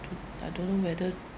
I don't know whether